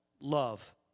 love